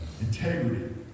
integrity